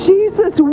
Jesus